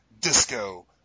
disco